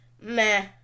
meh